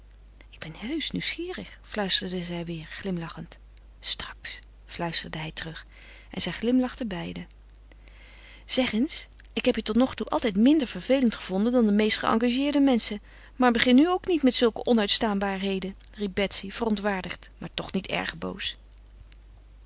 ik ben heusch nieuwsgierig fluisterde zij weêr glimlachend straks fluisterde hij terug en zij glimlachten beiden zeg eens ik heb je totnogtoe altijd minder vervelend gevonden dan de meeste geëngageerde menschen maar begin nu ook niet met zulke onuitstaanbaarheden riep betsy verontwaardigd maar toch niet erg boos